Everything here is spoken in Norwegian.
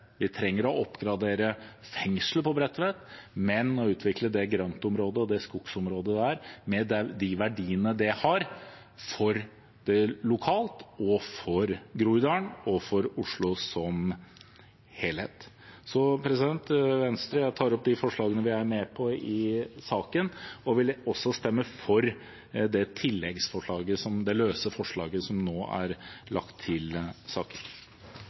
Vi trenger å oppgradere fengselet på Bredtvet, men også å utvikle det grøntområdet og det skogsområdet der, med de verdiene det har lokalt og for Groruddalen og for Oslo som helhet. Jeg tar opp Venstres forslag i saken, og vi vil også stemme for det løse forslaget som nå er lagt til saken.